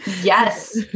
Yes